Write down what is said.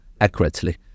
accurately